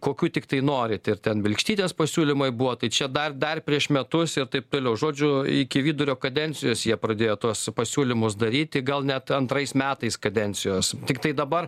kokių tiktai norit ir ten bilkštytės pasiūlymai buvo tai čia dar dar prieš metus ir taip toliau žodžiu iki vidurio kadencijos jie pradėjo tuos pasiūlymus daryti gal net antrais metais kadencijos tiktai dabar